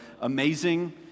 amazing